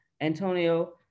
Antonio